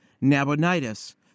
Nabonidus